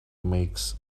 makes